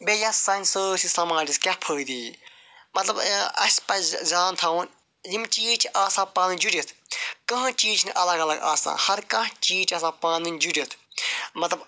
بیٚیہِ یتھ سٲنِس سماجَس کیاہ فٲیدٕ یی مَطلَب اَسہِ پَزِ زان تھاوُن یِم چیٖز چھِ آسان پانہٕ ؤنۍ جُڑِتھ کٕہۭنۍ چیٖز چھُنہٕ الگ الگ آسان ہر کانٛہہ چیٖز چھُ آسان پانہٕ ؤنۍ جُڑِتھ مَطلَب